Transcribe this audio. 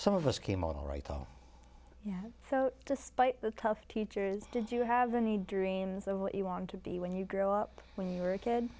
some of us came out alright oh yeah so despite the tough teachers did you have any dreams of what you want to be when you grow up when you were a kid